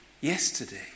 yesterday